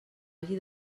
hagi